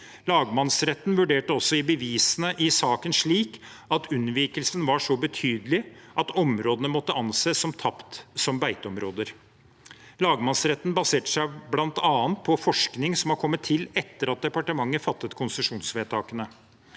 Lagmannsretten vurderte også bevisene i saken slik at unnvikelsen var så betydelig at områdene måtte anses som tapt som beiteområder. Lagmannsretten baserte seg bl.a. på forskning som er kommet til etter at departementet fattet konsesjonsvedtakene.